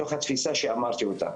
מתוך התפיסה שאמרתי אותה.